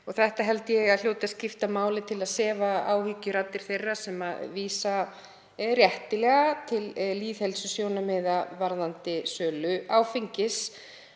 og það held ég að hljóti að skipta máli til að sefa áhyggjuraddir þeirra sem vísa réttilega til lýðheilsusjónarmiða varðandi sölu áfengis,